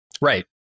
Right